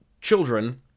children